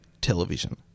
television